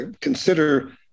consider